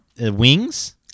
wings